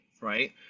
Right